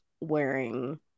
wearing